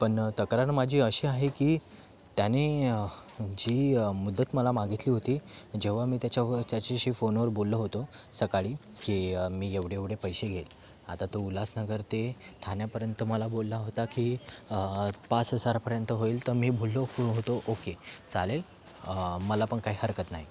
पण तक्रार माझी अशी आहे की त्याने जी मुदत मला मागितली होती जेव्हा मी त्याच्याव त्याच्याशी फोनवर बोललो होतो सकाळी की मी एवढे एवढे पैसे घे आता तो उल्हासनगर ते ठाण्यापर्यंत मला बोलला होता की पाच हजारापर्यंत होईल तर मी बोललो होतो ओके चालेल मला पण काही हरकत नाही